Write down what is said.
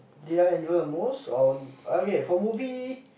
did I enjoy the most on okay for movie